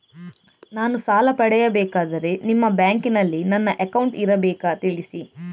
ನಾನು ಸಾಲ ಪಡೆಯಬೇಕಾದರೆ ನಿಮ್ಮ ಬ್ಯಾಂಕಿನಲ್ಲಿ ನನ್ನ ಅಕೌಂಟ್ ಇರಬೇಕಾ ತಿಳಿಸಿ?